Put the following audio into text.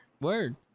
Word